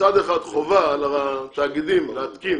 - צד אחד חובה על התאגידים להתקין